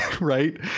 right